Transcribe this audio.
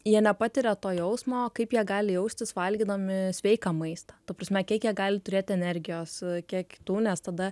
jie nepatiria to jausmo kaip jie gali jaustis valgydami sveiką maistą ta prasme kiek jie gali turėti energijos kiek kitų nes tada